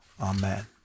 Amen